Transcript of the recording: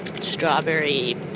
strawberry